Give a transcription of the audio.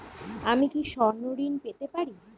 আমি কি স্বর্ণ ঋণ পেতে পারি?